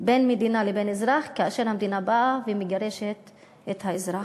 בין מדינה לבין אזרח כאשר המדינה באה ומגרשת את האזרח.